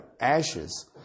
ashes